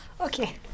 Okay